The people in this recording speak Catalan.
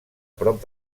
prop